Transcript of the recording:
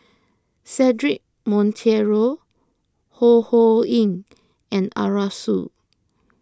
Cedric Monteiro Ho Ho Ying and Arasu